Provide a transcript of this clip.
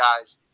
guys